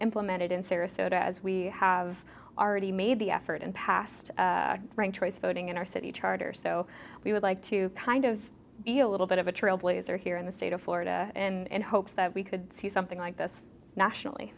implemented in sarasota as we have already made the effort and past choice voting in our city charter so we would like to kind of feel little bit of a trailblazer here in the state of florida and hopes that we could see something like this nationally